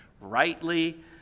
rightly